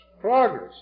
progress